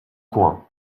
coin